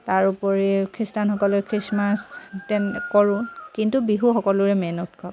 তাৰোপৰি খ্ৰীষ্টানসকলে খ্ৰীষ্টমাছ তেনে কৰোঁ কিন্তু বিহু সকলোৰে মেইন উৎসৱ